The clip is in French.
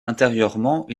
intérieurement